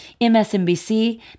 MSNBC